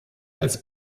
als